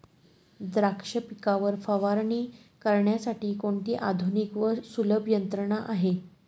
द्राक्ष पिकावर फवारणी करण्यासाठी कोणती आधुनिक व सुलभ यंत्रणा आहे?